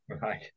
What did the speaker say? Right